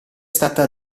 stata